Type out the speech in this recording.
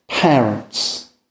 parents